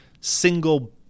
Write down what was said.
single